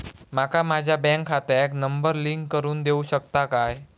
माका माझ्या बँक खात्याक नंबर लिंक करून देऊ शकता काय?